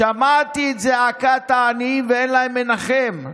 שמעתי את זעקת העניים ואין להם מנחם.